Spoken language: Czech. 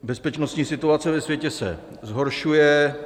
Bezpečnostní situace ve světě se zhoršuje.